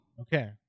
Okay